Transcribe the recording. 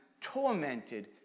tormented